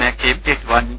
മേഘയും ഏറ്റുവാങ്ങി